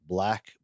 Black